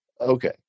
Okay